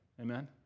Amen